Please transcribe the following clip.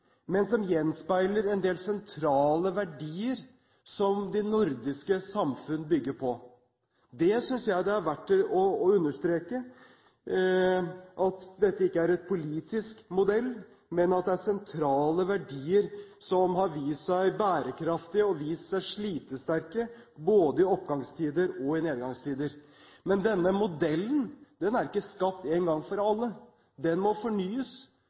men som gjenspeiler en del sentrale verdier som de nordiske samfunnene bygger på. Jeg synes det er verdt å understreke at dette ikke er en politisk modell, men at det er sentrale verdier som har vist seg bærekraftige og slitesterke både i oppgangstider og i nedgangstider. Men denne modellen er ikke skapt en gang for alle. Den må fornyes.